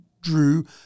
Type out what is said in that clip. drew